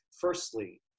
Firstly